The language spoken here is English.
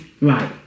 Right